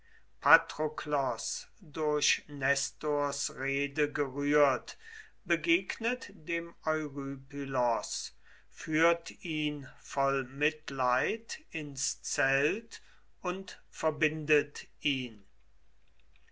patroklos durch nestors rede gerührt begegnet dem eurypylos führt ihn voll mitleid ins zelt und verbindet ihn